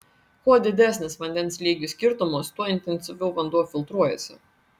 kuo didesnis vandens lygių skirtumas tuo intensyviau vanduo filtruojasi